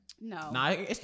No